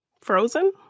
Frozen